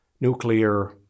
Nuclear